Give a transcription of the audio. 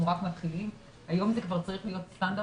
רק מתחילים אבל היום זה כבר צריך להיות סטנדרט.